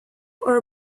for